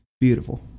beautiful